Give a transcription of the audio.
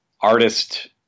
artist